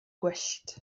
gwyllt